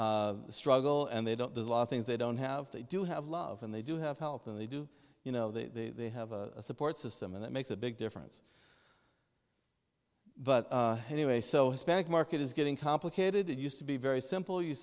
nose struggle and they don't there's a lot of things they don't have they do have love and they do have health and they do you know they they have a support system and that makes a big difference but anyway so hispanic market is getting complicated it used to be very simple you